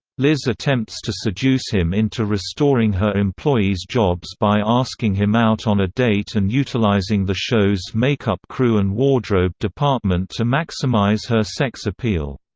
liz attempts to seduce him into restoring her employees' jobs by asking him out on a date and utilizing the show's make-up crew and wardrobe department to maximize her sex appeal.